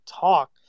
talk